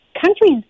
countries